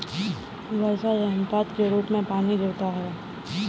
वर्षा या हिमपात के रूप में पानी गिरता है